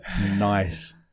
Nice